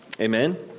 Amen